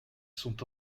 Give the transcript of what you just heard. sont